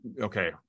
okay